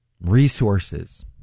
resources